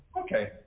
okay